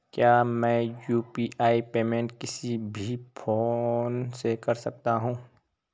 क्या मैं UPI payment किसी भी फोन से कर सकता हूँ?